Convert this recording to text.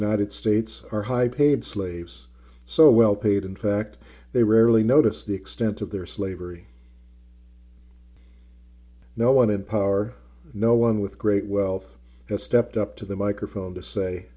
united states are high paid slaves so well paid in fact they rarely notice the extent of their slavery no one in power no one with great wealth has stepped up to the microphone to say